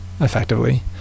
Effectively